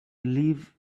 leave